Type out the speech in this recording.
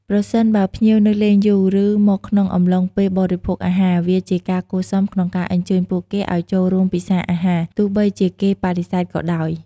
ប្រសិនបើភ្ញៀវនៅលេងយូរ ឬ មកក្នុងអំឡុងពេលបរិភោគអាហារ វាជាការគួរសមក្នុងការអញ្ជើញពួកគេឱ្យចូលរួមពិសាអាហារ ទោះបីជាគេបដិសេធក៏ដោយ។